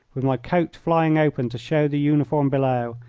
with my coat flying open to show the uniform below,